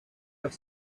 have